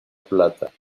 plata